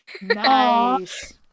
Nice